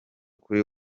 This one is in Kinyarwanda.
kuri